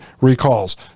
recalls